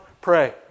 pray